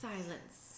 Silence